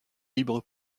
libre